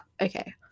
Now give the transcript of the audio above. Okay